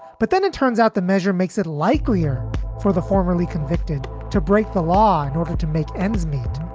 but then it turns out the measure makes it likelier for the formerly convicted to break the law in order to make ends meet.